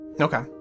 Okay